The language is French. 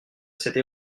cette